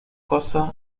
cosas